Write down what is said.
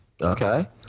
Okay